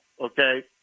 okay